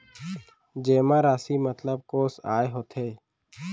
जेमा राशि मतलब कोस आय होथे?